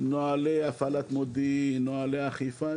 נוהלי הפעלת מודיעין, נוהלי אכיפה.